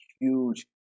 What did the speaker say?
huge